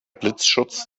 blitzschutz